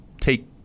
take